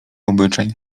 obyczaj